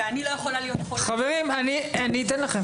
ואני לא יכולה להיות כל --- חברים אני אתן לכם.